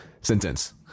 sentence